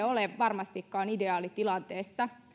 ole varmastikaan ideaalitilanteessa